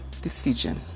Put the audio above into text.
decision